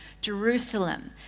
Jerusalem